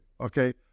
okay